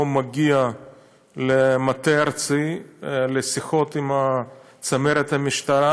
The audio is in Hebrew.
מגיע למטה הארצי לשיחות עם צמרת המשטרה,